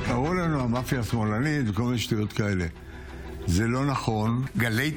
16:00. ישיבה